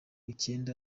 icyenda